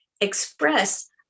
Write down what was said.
express